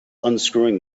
unscrewing